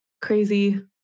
crazy